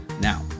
Now